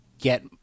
get